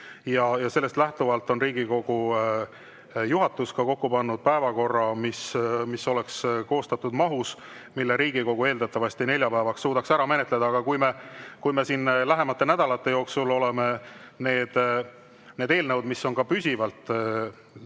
ja sellest lähtuvalt on Riigikogu juhatus kokku pannud päevakorra, mis oleks koostatud mahus, mille Riigikogu eeldatavasti neljapäevaks suudaks ära menetleda. Aga kui me siin lähemate nädalate jooksul need eelnõud, mis on püsivalt